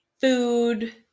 food